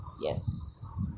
Yes